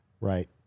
right